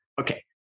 Okay